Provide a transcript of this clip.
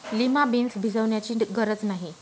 lima beans भिजवण्याची गरज नाही